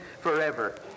forever